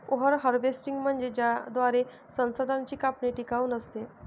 over harvesting म्हणजे ज्या दराने संसाधनांची कापणी टिकाऊ नसते